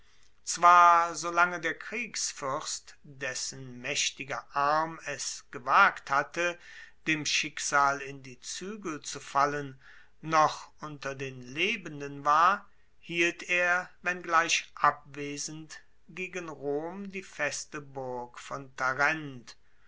zwar so lange der kriegsfuerst dessen maechtiger arm es gewagt hatte dem schicksal in die zuegel zu fallen noch unter den lebenden war hielt er wenngleich abwesend gegen rom die feste burg von